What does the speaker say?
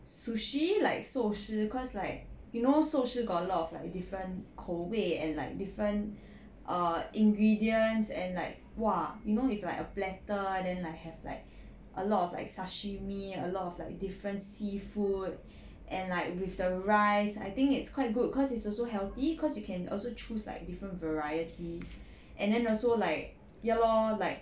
sushi like 寿司 cause like you know 寿司 got a lot of like different 口味 and like different err ingredients and like !wah! you know with like a platter then like have like a lot of like sashimi a lot of like different seafood and like with the rice I think it's quite good cause it's also healthy cause you can also choose like different variety and then also like ya lor like